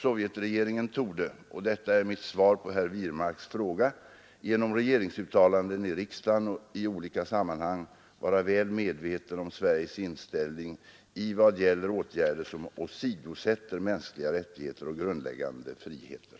Sovjetregeringen torde — och detta är mitt svar på herr Wirmarks fråga — genom regeringsuttalanden i riksdagen i olika sammanhang vara väl medveten om Sveriges inställning i vad gäller åtgärder som åsidosätter mänskliga rättigheter och grundläggande friheter.